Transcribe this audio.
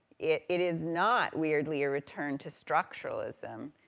it, it is not, weirdly, a return to structuralism,